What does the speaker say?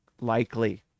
Likely